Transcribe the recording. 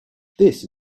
this